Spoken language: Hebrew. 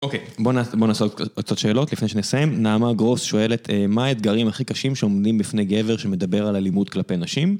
אוקיי, בואו נעשה עוד קצת שאלות לפני שנסיים. נעמה גרוס שואלת, מה האתגרים הכי קשים שעומדים בפני גבר שמדבר על אלימות כלפי נשים?